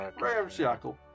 Ramshackle